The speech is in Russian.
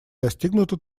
достигнуто